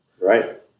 Right